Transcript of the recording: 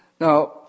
Now